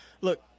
Look